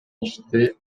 ишти